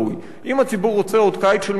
אם הציבור רוצה עוד קיץ של מחאה,